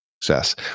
success